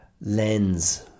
lens